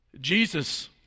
Jesus